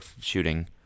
shooting